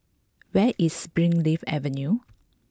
where is Springleaf Avenue